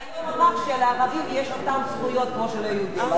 שהיום אמר שלערבים יש אותן זכויות כמו ליהודים.